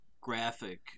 graphic